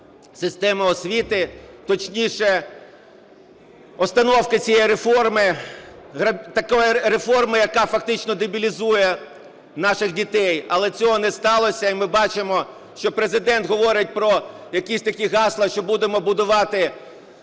системи освіти, точніше остановки цієї реформи, такої реформи, яка фактично дебілізує наших дітей, але цього не сталося. І ми бачимо, що Президент говорить про якісь такі гасла, що будемо будувати